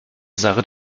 sache